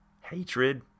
hatred